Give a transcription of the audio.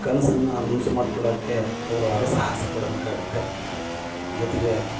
ಕನಸನ್ನು ನನಸು ಮಾಡ್ಕೊಳೋಕೆ ಅವರು ಹರಸಾಹಸ ಪಡಬೇಕಾಗತ್ತೆ ಜೊತೆಗೆ